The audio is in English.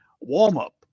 warm-up